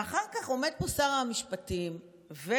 ואחר כך עומדים פה שר המשפטים ורוטמן,